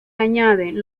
añaden